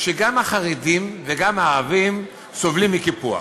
שגם החרדים וגם הערבים סובלים מקיפוח.